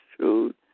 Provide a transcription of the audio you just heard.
truth